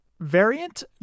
variant